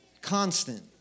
constant